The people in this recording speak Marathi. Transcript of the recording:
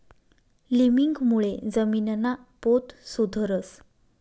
लिमिंगमुळे जमीनना पोत सुधरस